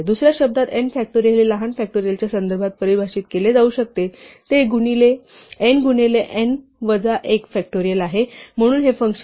दुस या शब्दात n फॅक्टोरियल हे लहान फॅक्टोरियलच्या संदर्भात परिभाषित केले जाऊ शकते ते n गुणिले n वजा 1 फॅक्टोरियल आहे म्हणून हे फंक्शन करीत आहे